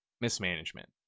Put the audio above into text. mismanagement